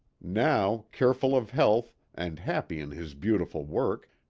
now, careful of health, and happy in his beautiful work,